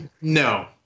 No